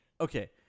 Okay